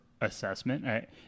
assessment